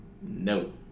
No